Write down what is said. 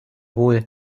wohl